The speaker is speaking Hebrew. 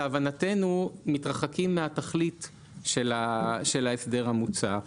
להבנתנו מתרחקים מהתכלית של ההסדר המוצע.